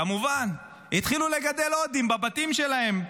כמובן, התחילו לגדל קוברות בבתים שלהם.